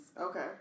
Okay